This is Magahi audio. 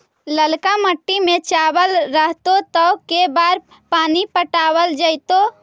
ललका मिट्टी में चावल रहतै त के बार पानी पटावल जेतै?